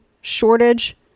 shortage